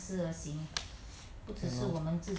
ya lor